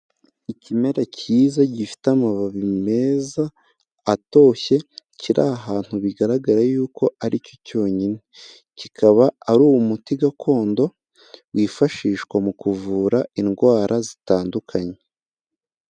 Ikimera cyiza gifite amababi meza atoshye, kiri ahantu bigaragara y'uko aricyo cyonyine, kikaba ari umuti gakondo, wifashishwa mu kuvura indwara zitandukanye.